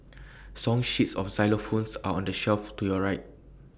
song sheets of xylophones are on the shelf to your right